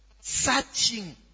Searching